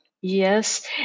Yes